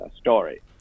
story